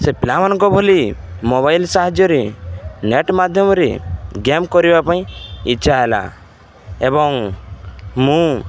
ସେ ପିଲାମାନଙ୍କ ଭଲି ମୋବାଇଲ ସାହାଯ୍ୟରେ ନେଟ୍ ମାଧ୍ୟମରେ ଗେମ୍ କରିବା ପାଇଁ ଇଚ୍ଛା ହେଲା ଏବଂ ମୁଁ